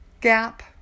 Gap